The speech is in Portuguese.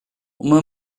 uma